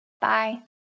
Bye